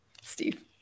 steve